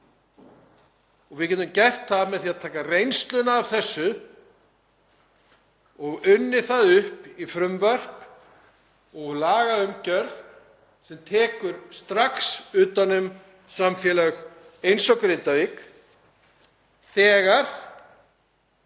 Við getum gert það með því að nýta reynsluna af þessu í frumvörp og lagaumgjörð sem tekur strax utan um samfélög eins og Grindavík þegar